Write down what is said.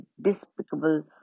despicable